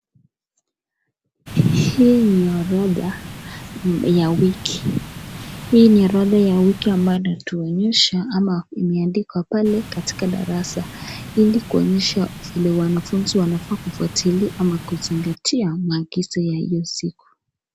Hii ni orodha ya wiki, hii ni orodha ya wiki ambayo inatuonyesha ama imeandikwa pale katika darasa ili kuonyesha vile wanafunzi wanafaa kufuatilia ama kuzingatia maagizo ya hiyo siku.